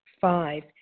Five